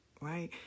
right